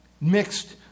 mixed